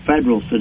federal